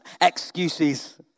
Excuses